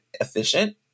efficient